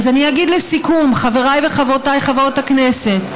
אני אגיד לסיכום: חבריי וחברותיי חברות הכנסת,